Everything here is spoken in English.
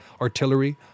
artillery